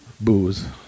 booze